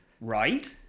Right